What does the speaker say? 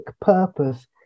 purpose